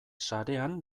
sarean